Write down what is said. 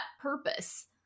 purpose